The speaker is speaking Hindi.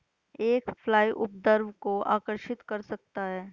एक फ्लाई उपद्रव को आकर्षित कर सकता है?